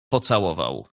pocałował